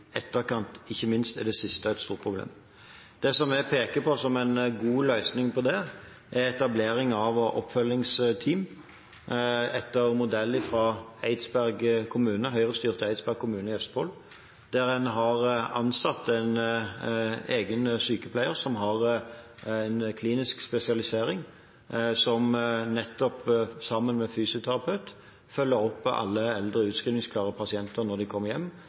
etterkant. Ikke minst er det siste et stort problem. Det jeg peker på som en god løsning på dette, er etablering av oppfølgingsteam, etter en modell fra Høyre-styrte Eidsberg kommune i Østfold, der en har ansatt en egen sykepleier – som har en klinisk spesialisering – som sammen med fysioterapeut følger opp alle eldre og utskrivningsklare pasienter når de kommer hjem,